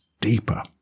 deeper